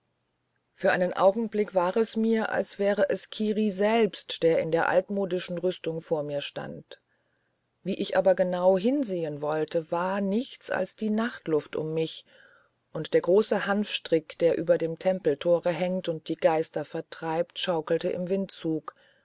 für einen augenblick war es mir als wäre es kiri selbst der in der altmodischen rüstung vor mir stand wie ich aber genau hinsehen wollte war nichts als die nachtluft um mich und der große hanfstrick der über dem tempeltore hängt und die geister vertreibt schaukelte im windzug